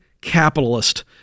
capitalist